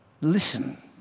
listen